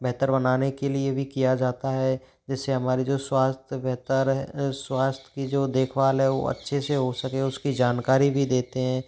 बेहतर बनाने के लिए भी किया जाता है जैसे हमारे जो स्वास्थ्य बेहतर है स्वास्थ्य की जो देखभाल है वो अच्छे से हो सके उसकी जानकारी भी देते हैं